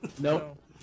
Nope